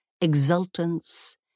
exultance